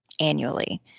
annually